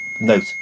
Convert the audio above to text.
note